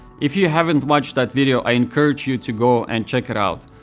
if you haven't watched that video, i encourage you to go and check it out,